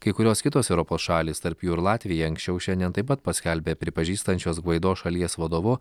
kai kurios kitos europos šalys tarp jų ir latvija anksčiau šiandien taip pat paskelbė pripažįstančios gvaido šalies vadovu